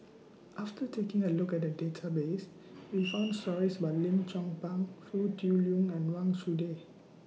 after taking A Look At The Database We found stories about Lim Chong Pang Foo Tui Liew and Wang Chunde